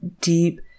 deep